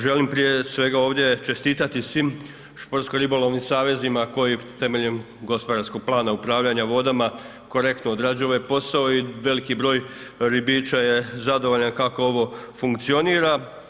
Želim, prije svega ovdje čestitati svim športsko ribolovnim savezima koji temeljem gospodarskog plana upravljanja vodama korektno odrađuju ovaj posao i veliki broj ribiča je zadovoljno kako ovo funkcionira.